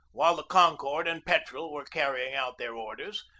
while the con cord and petrel were carrying out their orders,